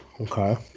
Okay